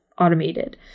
automated